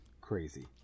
crazy